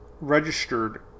registered